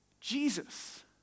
Jesus